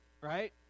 Right